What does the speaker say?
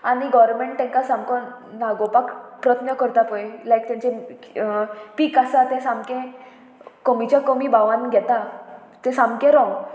आनी गोवोरमेंट तांकां सामको नागोवपाक प्रयत्न करता पळय लायक तेंचे पीक आसा तें सामकें कमीच्या कमी भावान घेता तें सामकें रोंग